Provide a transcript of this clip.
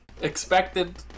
expected